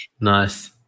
Nice